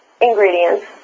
ingredients